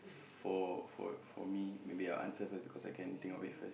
for for for me maybe I'll answer first because I can think of it first